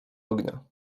ognia